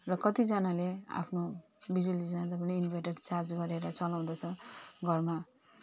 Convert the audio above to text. र कतिजनाले आफ्नो बिजुली जाँदा पनि इन्भर्टर चार्ज गरेर चलाउँदछ घरमा